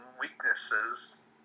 weaknesses